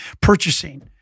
purchasing